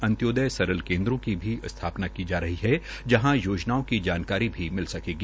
अंतोदय सरल केन्द्रों की भी स्थापना की जा रही है जहां योजनाओं की जानकारी भी मिल सकेगी